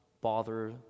bother